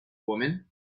woman